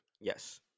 Yes